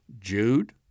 Jude